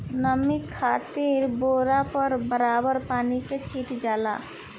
नमी खातिर बोरा पर बराबर पानी के छीटल जाला